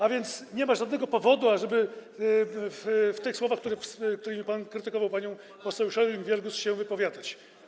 A więc nie ma żadnego powodu, ażeby w tych słowach, w których pan krytykował panią poseł Scheuring-Wielgus, się wypowiadać.